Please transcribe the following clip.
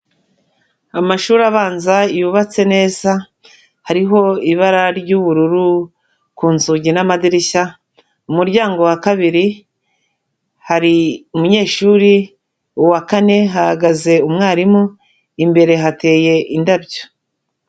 Amashuri abanza yubatse neza, hariho ibara ry'ubururu ku nzugi n'amadirishya, umuryango wa kabiri hari umunyeshuri, uwa kane hahagaze umwarimu, imbere hateye indabyo.